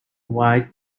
white